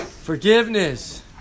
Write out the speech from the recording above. Forgiveness